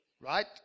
right